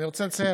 אני רוצה לציין,